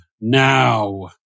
now